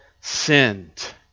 sinned